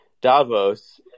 Davos